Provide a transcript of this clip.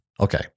Okay